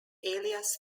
alias